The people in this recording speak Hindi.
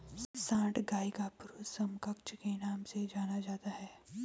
सांड गाय का पुरुष समकक्ष के नाम से जाना जाता है